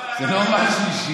זה לא משהו אישי.